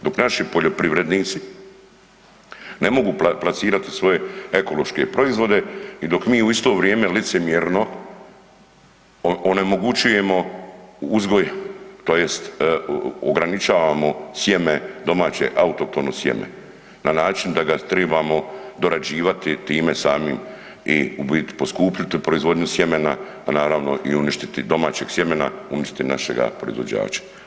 Dok naši poljoprivrednici ne mogu plasirati svoje ekološke proizvode i dok mi u isto vrijeme licemjerno onemogućujemo uzgoj tj. ograničavamo sjeme, domaće autohtono sjeme na način da ga tribamo dorađivati time samim i u biti poskupiti proizvodnju sjemena a naravno i uništiti domaćeg sjemena, uništiti našeg proizvođača.